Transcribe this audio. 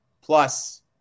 plus